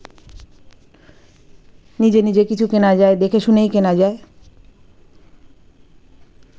নিজে নিজে কিছু কেনা যায় দেখে শুনেই কেনা যায়